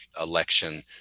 election